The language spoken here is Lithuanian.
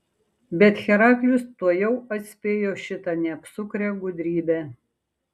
bet heraklis tuojau atspėjo šitą neapsukrią gudrybę